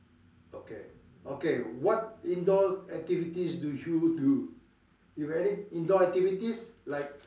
okay okay what indoor activities do you do you got any indoor activities like